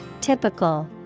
Typical